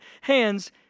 hands